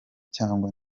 cyangwa